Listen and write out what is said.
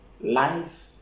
life